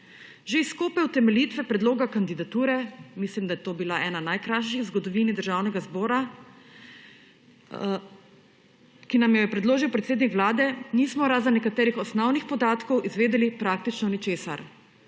Že iz skupne utemeljitve predloga kandidature, mislim, da je to bila ena najkrajših v zgodovini Državnega zbora, ki nam jo je predložil predsednik Vlade, nismo, razen nekaterih osnovnih podatkov, izvedeli praktično ničesar.